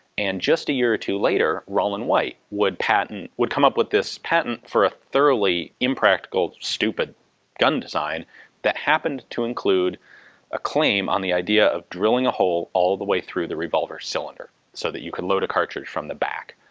and just a year or two later rollin white would. come up with this patent for a thoroughly impractical, stupid gun design that happened to include a claim on the idea of drilling a hole all the way through the revolver cylinder so that you can load a cartridge from the back.